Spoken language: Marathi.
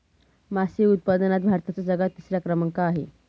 मासे उत्पादनात भारताचा जगात तिसरा क्रमांक आहे